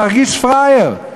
להרגיש פראייר.